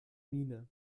miene